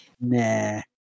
Nah